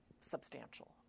substantial